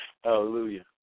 Hallelujah